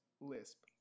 lisp